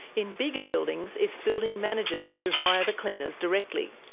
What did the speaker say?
in bigger buildings, it's building managers who hire the cleaners directly.